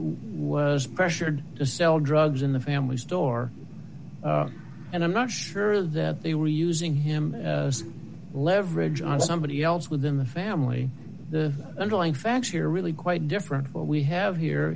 was pressured to sell drugs in the family store and i'm not sure that they were using him as leverage on somebody else within the family the underlying facts here are really quite different what we have here